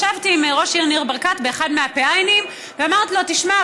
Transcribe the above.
ישבתי עם ראש העיר ניר ברקת באחד מהפ"ע ואמרתי לו: תשמע,